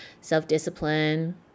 self-discipline